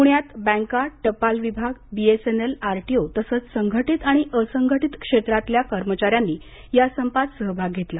पूण्यात बँका टपाल विभाग बीएसएनएल आरटीओ तसंच संघटीत आणि असंघटीत क्षेत्रातल्या कर्मचाऱ्यांनी या संपात सहभाग घेतला